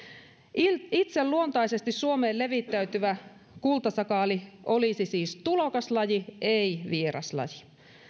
itse itse luontaisesti suomeen levittäytyvä kultasakaali olisi siis tulokaslaji ei vieraslaji